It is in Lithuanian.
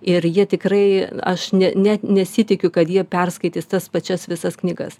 ir jie tikrai aš ne ne nesitikiu kad jie perskaitys tas pačias visas knygas